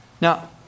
Now